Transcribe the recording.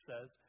says